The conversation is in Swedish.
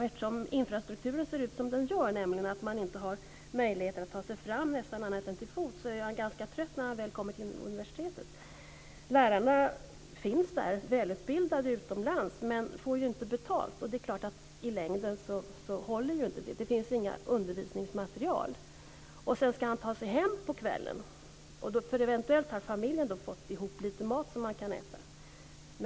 Eftersom infrastrukturen är sådan att man knappast har möjlighet att ta sig fram annat än till fots, är han ganska trött när han väl kommer fram till universitetet. Där finns lärare med god utbildning från utlandet, men de får inte betalt, och det håller inte i längden. Det finns inte heller något undervisningsmaterial. På kvällen ska han ta sig hem, och då har familjen eventuellt fått ihop lite mat som han kan äta.